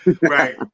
right